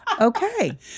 okay